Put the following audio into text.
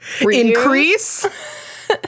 Increase